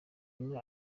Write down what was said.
inka